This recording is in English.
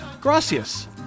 Gracias